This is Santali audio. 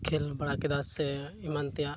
ᱠᱷᱮᱞ ᱵᱟᱲᱟ ᱠᱮᱫᱟ ᱥᱮ ᱮᱢᱟᱱ ᱛᱮᱭᱟᱜ